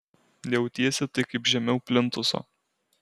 jautiesi tai kaip žemiau plintuso